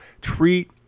treat